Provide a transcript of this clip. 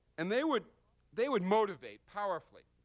and they would they would motivate powerfully,